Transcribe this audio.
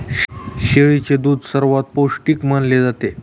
शेळीचे दूध सर्वात पौष्टिक मानले जाते